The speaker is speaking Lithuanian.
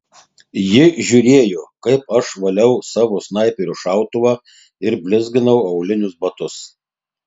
ji žiūrėjo kaip aš valiau savo snaiperio šautuvą ir blizginau aulinius batus